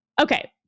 Okay